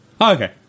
okay